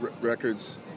records